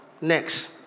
next